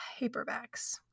Paperbacks